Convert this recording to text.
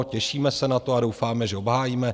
Těšíme se na to a doufáme, že obhájíme.